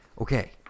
okay